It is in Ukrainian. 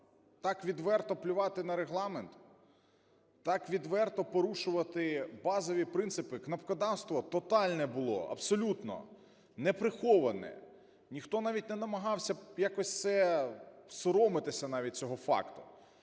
так відверто плювати на Регламент, так відверто порушувати базові принципи! Кнопкодавство тотальне було, абсолютно неприховане! Ніхто навіть не намагався якось це… соромитися навіть цього факту.